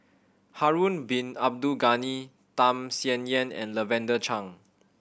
Harun Bin Abdul Ghani Tham Sien Yen and Lavender Chang